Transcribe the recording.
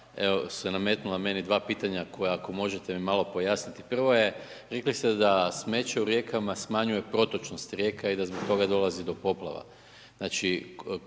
evo se nametnula meni dva pitanja koja ako možete mi malo pojasniti. Prvo je, rekli ste da smeće u rijekama smanjuje protočnost rijeka i da zbog toga dolazi do poplava.